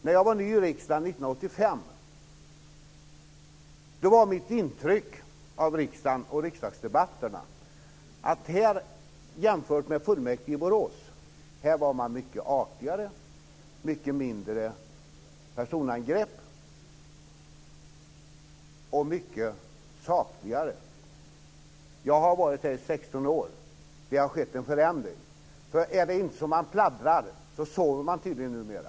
När jag var ny i riksdagen 1985 var mitt intryck av riksdagen och riksdagsdebatterna jämfört med fullmäktige i Borås att här var man mycket artigare och sakligare och att det var mycket mindre personangrepp. Jag har varit här i 16 år. Det har skett en förändring. Om man inte pladdrar sover man tydligen numera.